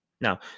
Now